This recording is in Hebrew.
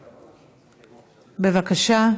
בבקשה,